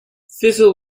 thistle